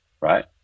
right